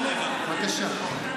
תעלה, בבקשה.